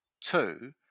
two